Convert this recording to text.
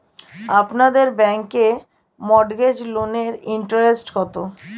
আপনাদের ব্যাংকে মর্টগেজ লোনের ইন্টারেস্ট কত?